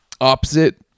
Opposite